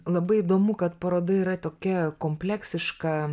labai įdomu kad paroda yra tokia kompleksiška